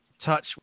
Touch